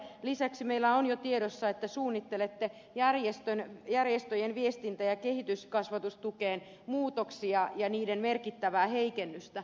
lisäksi meillä on jo tiedossa että suunnittelette järjestöjen viestintä ja kehityskasvatustukeen muutoksia ja niiden merkittävää heikennystä